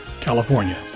California